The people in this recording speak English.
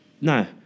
no